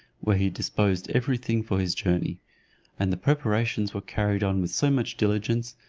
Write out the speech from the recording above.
where he disposed every thing for his journey and the preparations were carried on with so much diligence,